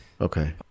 okay